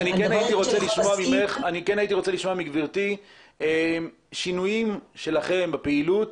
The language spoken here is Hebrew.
כן הייתי רוצה לשמוע מגברתי לגבי שינויים שלכם בפעילות